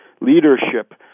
leadership